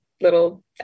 little